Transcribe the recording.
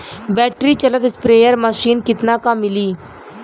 Battery चलत sprayer machine कितना क मिली?